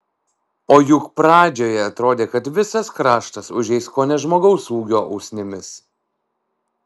o juk pradžioje atrodė kad visas kraštas užeis kone žmogaus ūgio usnimis